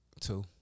Two